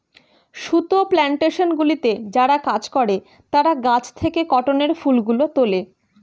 সুতো প্ল্যানটেশনগুলিতে যারা কাজ করে তারা গাছ থেকে কটনের ফুলগুলো তোলে